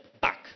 back